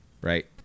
Right